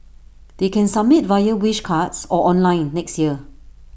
they can submit via wish cards or online next year